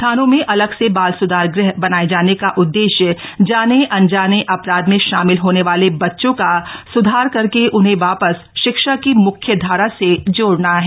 थानों में अलग से बाल सुधार गृह बनाये जाने का उददेश्य जाने अनजाने अपराध में शामिल होने वाले बच्चों का सुधार करके उन्हें वापस शिक्षा की मुख्यधारा से जोड़ना है